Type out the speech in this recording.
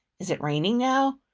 is it raining now?